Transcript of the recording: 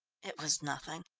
it was nothing,